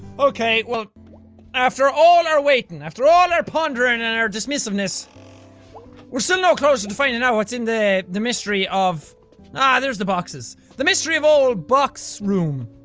okay, well after all our waitin' after all our pondering an and our dismissiveness we're still no closer to finding out what's in the. the mystery of ah, there's the boxes the mystery of ol box room